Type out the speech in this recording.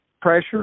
pressure